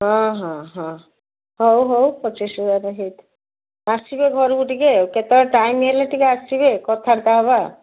ହଁ ହଁ ହଁ ହଉ ହଉ ପଚିଶ ହଜାରେ ହେଇଥା ଆସିବେ ଘରକୁ ଟିକେ ଆଉ କେତେବେଳେ ଟାଇମ୍ ହେଲେ ଟିକେ ଆସିବେ କଥାବାର୍ତ୍ତା ହେବା